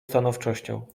stanowczością